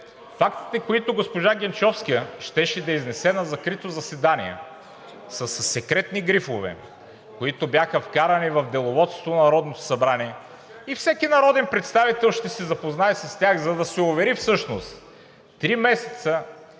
Фактите, които госпожа Генчовска щеше да изнесе на закрито заседание, са със секретни грифове, които бяха вкарани в Деловодството на Народното събрание и всеки народен представител ще се запознае с тях, за да се увери всъщност как три месеца